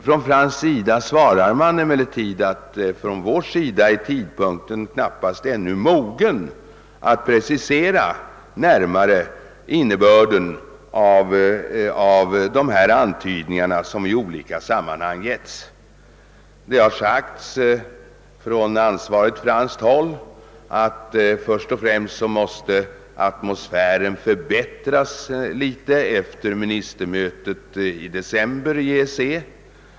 På fransk sida svarar man emellertid att tiden knappast är mogen för en närmare precisering av innebörden av de antydningar som i olika sammanhang givits. För det första har från ansvarigt franskt håll uttalats att atmosfären först och främst måste förbättras något efter ministermötet inom EEC i december.